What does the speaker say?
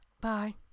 Bye